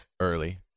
Early